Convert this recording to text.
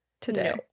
today